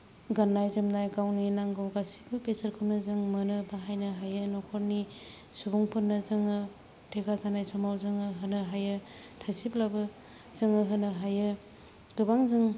गाननाय जोमनाय गावनि नांगौ गासैबो बेसादखौनो जों मोनो बाहायनो हायो न'खरनि सुबुंफोरनो जोङो थेका जानाय समाव जोङो होनो हायो थाइसेब्लाबो जोङो होनो हायो गोबां जों